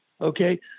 okay